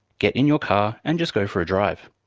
get in your car and just go for a drive.